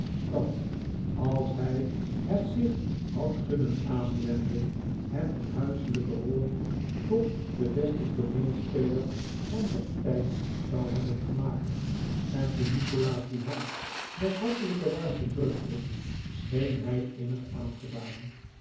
dat als hij het zich had kunnen aanwennen hem in huiselijke rollen tot den besten tooneelspeler van zijn tijd zou hebben gemaaktj en toen nikolaas die hand met hartelijke warmte drukte scheen hij innig aangedaan